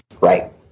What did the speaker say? Right